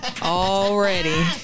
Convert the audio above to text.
Already